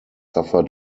suffer